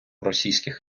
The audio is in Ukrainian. російських